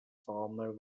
former